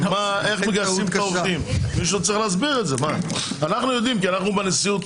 אי-אפשר לאחר, אין מועדי ב', ויום הבחירות